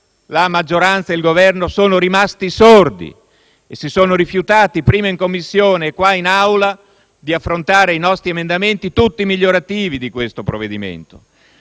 la maggioranza e il Governo sono rimasti sordi e si sono rifiutati, prima in Commissione e poi in Aula, di affrontare i nostri emendamenti, tutti migliorativi del disegno